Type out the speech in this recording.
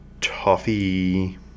toffee